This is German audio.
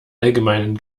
allgemeinen